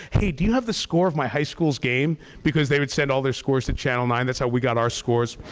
hey, do you have the score of my high school's game because they would all their scores to channel nine. that's how we got our scores.